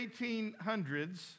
1800s